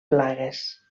plagues